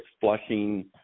flushing